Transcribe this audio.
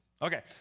Okay